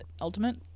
ultimate